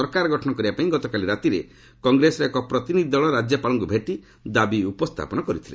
ସରକାର ଗଠନ କରିବା ପାଇଁ ଗତକାଲି ରାତିରେ କଂଗ୍ରେସର ଏକ ପ୍ରତିନିଧି ଦଳ ରାଜ୍ୟପାଳଙ୍କୁ ଭେଟି ଦାବି ଉପସ୍ଥାପନ କରିଥିଲେ